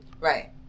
right